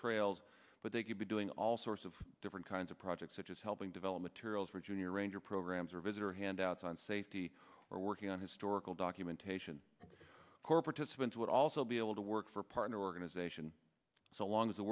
trails but they could be doing all sorts of different kinds of projects such as helping develop materials for junior ranger programs or visitor handouts on safety or working on historical documentation corporatists would also be able to work for a partner organization so long as the